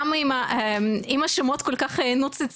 גם אם השמות כל כך נוצצים,